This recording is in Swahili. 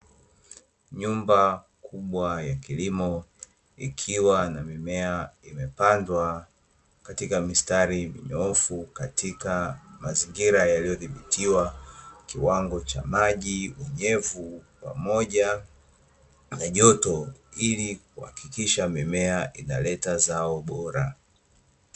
Nyumba kubwa ya kilimo ikiwa na mimea imepandwa katika mistari minyoofu katika mazingira yaliyodhibitiwa: kiwango cha maji, unyevu pamoja na joto; ili kuhakikisha mimea inaleta zao bora.